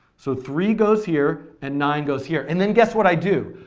so three goes here and nine goes here. and then guess what i do?